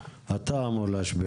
אתה אמור להשפיע